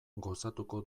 gozatuko